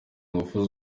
ingufu